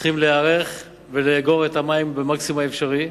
צריכים להיערך ולאגור את המים במקסימום האפשרי,